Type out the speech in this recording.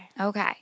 Okay